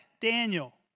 Daniel